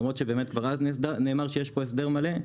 למרות שבאמת כבר אז נאמר שיש פה הסדר מלא,